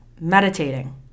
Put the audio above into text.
meditating